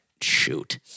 shoot